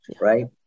Right